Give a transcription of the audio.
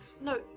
No